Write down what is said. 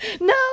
No